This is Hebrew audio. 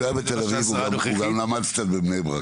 כשהוא היה בתל אביב הוא גם למד קצת בבני ברק.